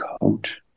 coach